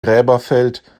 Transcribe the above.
gräberfeld